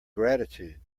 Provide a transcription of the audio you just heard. gratitude